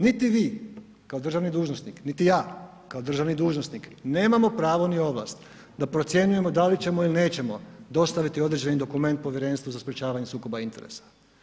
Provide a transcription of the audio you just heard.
Niti vi kao državni dužnosnik, niti ja kao državni dužnosnik nemamo pravo ni ovlast da procjenjujemo da li ćemo ili nećemo dostaviti određeni dokument Povjerenstvu za sprječavanje sukoba interesa.